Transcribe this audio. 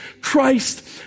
Christ